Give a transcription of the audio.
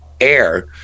air